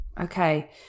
Okay